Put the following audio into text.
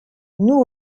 nous